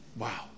wow